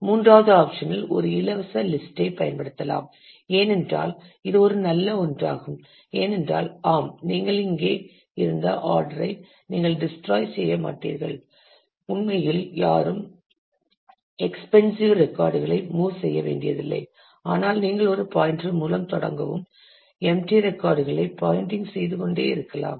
மூன்றாவது ஆப்சன் இல் ஒரு இலவச லிஸ்ட் ஐ பயன்படுத்தலாம் ஏனென்றால் இது ஒரு நல்ல ஒன்றாகும் ஏனென்றால் ஆம் நீங்கள் இங்கே இருந்த ஆர்டர் ஐ நீங்கள் டிஸ்ட்ராய் செய்ய மாட்டீர்கள் உண்மையில் யாரும் எக்ஸ்பென்ஸ்யூ ரெக்கார்டுகளை மூவ் செய்ய வேண்டியதில்லை ஆனால் நீங்கள் ஒரு பாயின்டர் மூலம் தொடங்கவும் எம்டி ரெக்கார்டுகளை பாயின்டிங் செய்து கொண்டே இருக்கலாம்